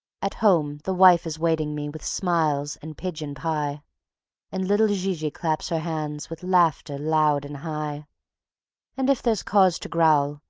at home the wife is waiting me with smiles and pigeon-pie and little zi-zi claps her hands with laughter loud and high and if there's cause to growl,